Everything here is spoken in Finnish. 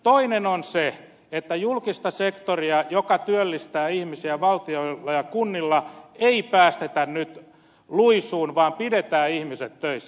toinen seikka on se että julkista sektoria joka työllistää ihmisiä valtiolla ja kunnissa ei päästetä nyt luisuun vaan pidetään ihmiset töissä